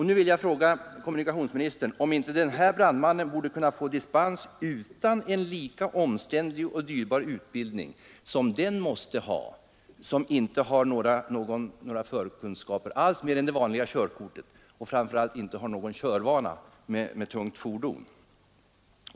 Nu vill jag fråga kommunikationsministern, om inte denne brandman borde kunna få dispens utan en lika omständlig och dyrbar utbildning som den måste ha, som inte har några förkunskaper alls utöver det vanliga körkortet och framför allt inte någon körvana med tungt fordon.